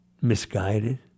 misguided